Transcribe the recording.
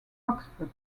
oxford